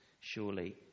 surely